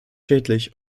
schädlich